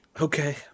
Okay